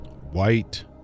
White